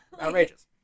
Outrageous